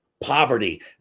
poverty